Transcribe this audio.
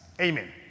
Amen